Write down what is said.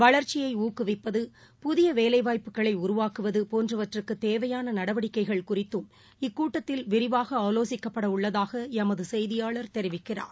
வளர்ச்சியைக்குவிப்பது வேலைவாய்ப்புகளைஉருவாக்குவதுபோன்றவற்றுக்குத் புதிய தேவையானநடவடிக்கைகள் குறித்தும் இக்கூட்டத்தில் விரிவாகஆலோசிக்கப்படஉள்ளதாகளமதுசெய்தியாளர் தெரிவிக்கிறார்